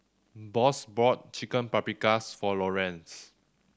Boss bought Chicken Paprikas for Lorenz